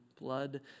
blood